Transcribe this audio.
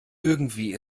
irgendwie